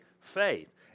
faith